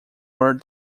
were